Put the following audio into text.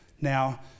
Now